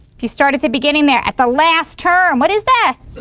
if you start at the beginning there, at the last term, what is that